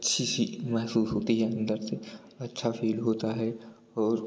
अच्छी सी महसूस होती है अन्दर से अच्छा फील होता है और